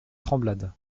tremblade